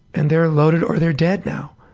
and they're loaded or they're dead now.